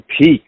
peak